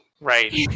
right